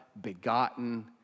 begotten